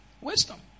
wisdom